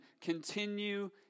Continue